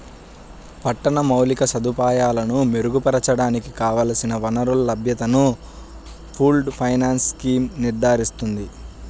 పట్టణ మౌలిక సదుపాయాలను మెరుగుపరచడానికి కావలసిన వనరుల లభ్యతను పూల్డ్ ఫైనాన్స్ స్కీమ్ నిర్ధారిస్తుంది